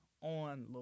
on